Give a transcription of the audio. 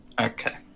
Okay